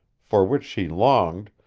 for which she longed,